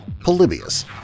Polybius